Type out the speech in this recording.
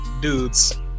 dudes